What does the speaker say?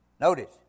Notice